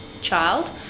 child